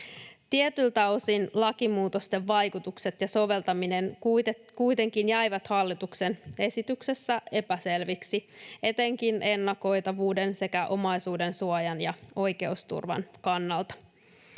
Tietyiltä osin lakimuutosten vaikutukset ja soveltaminen kuitenkin jäivät hallituksen esityksessä epäselviksi etenkin ennakoitavuuden sekä omaisuudensuojan ja oikeusturvan kannalta.